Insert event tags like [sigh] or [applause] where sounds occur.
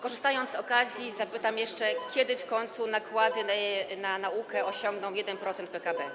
Korzystając z okazji, zapytam jeszcze, [noise] kiedy w końcu nakłady na naukę osiągną 1% PKB.